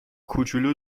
کوچولو